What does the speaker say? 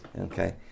Okay